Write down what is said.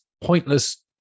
pointless